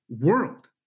world